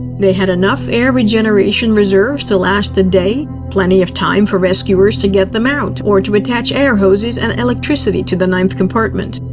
they had enough air regeneration reserves to last a day, plenty of time for rescuers to get them out, or to attach air hoses and electricity to the ninth compartment.